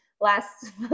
last